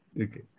Okay